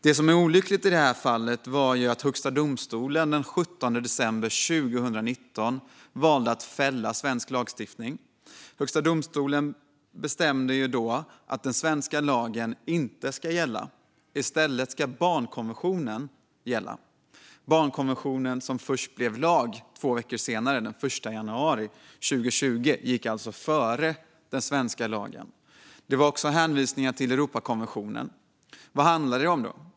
Det som är olyckligt i det här fallet var att Högsta domstolen den 17 december 2019 valde att fälla svensk lagstiftning. Högsta domstolen bestämde då att svensk lag inte ska gälla. I stället ska barnkonventionen gälla. Barnkonventionen, som blev lag först två veckor senare, den 1 januari 2020, gick alltså före den svenska lagen. Det var också hänvisningar till Europakonventionen. Vad handlade det om då?